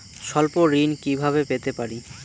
স্বল্প ঋণ কিভাবে পেতে পারি?